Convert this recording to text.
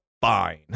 fine